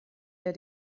der